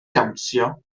dawnsio